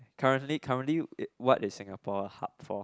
currently currently what is Singapore hub for